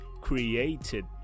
created